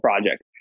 project